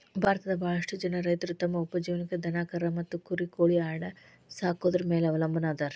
ಭಾರತದಾಗ ಬಾಳಷ್ಟು ಜನ ರೈತರು ತಮ್ಮ ಉಪಜೇವನಕ್ಕ ದನಕರಾ ಮತ್ತ ಕುರಿ ಕೋಳಿ ಆಡ ಸಾಕೊದ್ರ ಮ್ಯಾಲೆ ಅವಲಂಬನಾ ಅದಾರ